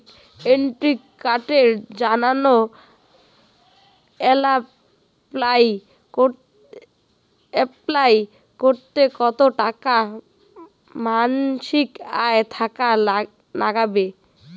Credit কার্ডের জইন্যে apply করিতে কতো টাকা মাসিক আয় থাকা নাগবে?